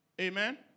amen